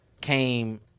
came